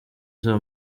saa